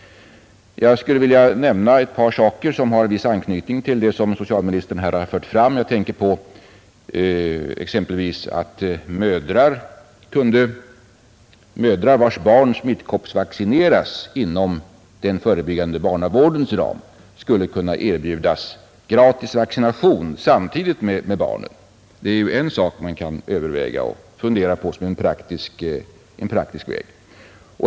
Jag skall nämna ett par saker, som har viss anknytning till det som socialministern här har fört fram. Jag tänker exempelvis på att mödrar, vilkas barn smittkoppsvaccineras inom den förebyggande barnavårdens ram, skulle kunna erbjudas gratis vaccination samtidigt med barnen. Det är en sak man kan fundera på såsom en praktisk väg.